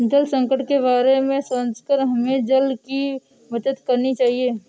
जल संकट के बारे में सोचकर हमें जल की बचत करनी चाहिए